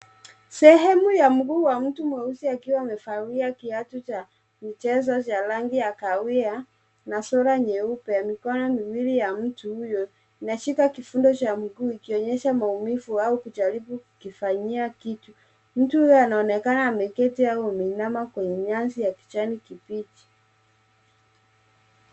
Sehemu ya mguu wa mtu mweusi akiwa amevalia kiatu cha mchezo vya rangi ya kahawia na sura nyeupe. Mikono miwili ya mtu huyo, inashika kifundo cha mguu ikionyesha maumivu au kujaribu kukifanyia kitu. Mtu huyo anaonekana ameketi au ameinama kwenye nyasi ya kijani kibichi.